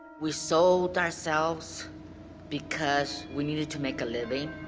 we sold ourselves because we needed to make a living.